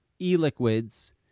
e-liquids